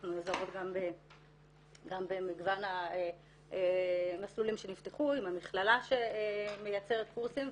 אנחנו נעזרות גם במגוון המסלולים שנפתחו עם המכללה שמייצרת קורסים,